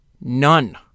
none